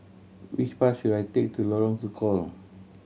which bus should I take to Lorong Tukol